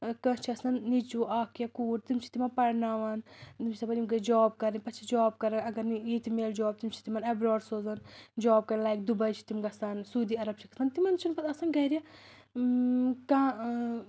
اگر کٲنٛسہِ چھُ آسان نیٚچوٗ اَکھ یا کوٗر تِم چھِ تِمَن پرناون تِم چھِ دپان یِم گٔژھۍ جاب کرٕنۍ پتہٕ چھِ جاب کران اگر نہٕ ییٚتہِ میلہِ جاب تِم چھِ تِمَن ایٚبراڈ سوزان جاب کرنہِ لایک دُباے چھِ گژھان سعوٗدی عرب چھِ گژھان تِمَن چھُنہٕ پتہٕ آسان گرِ کانٛہہ